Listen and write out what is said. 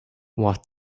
what